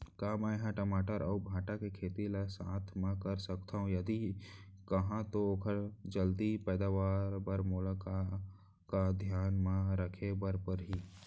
का मै ह टमाटर अऊ भांटा के खेती ला साथ मा कर सकथो, यदि कहाँ तो ओखर जलदी पैदावार बर मोला का का धियान मा रखे बर परही?